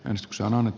exxon on